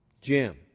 Jim